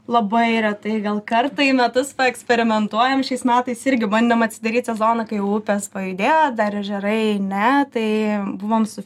labai retai gal kartą į metus paeksperimentuojam šiais metais irgi bandėm atsidaryt sezoną kai upės pajudėjo dar ežerai ne tai buvom su